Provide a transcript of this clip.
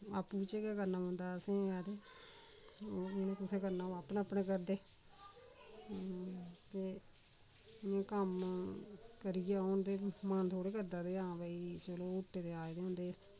आपूं बिच्चै गै करना पौंदा असेंई ते उनें कुत्थै करना ओह् अपना अपना करदे ते एह् कम्म करियै औन ते मन थोह्ड़ा करदा ते हां भाई चलो हुट्टे दे आए दे ते